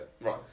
right